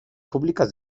públicas